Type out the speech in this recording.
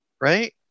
Right